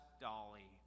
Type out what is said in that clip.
dolly